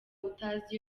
utazi